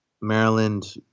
Maryland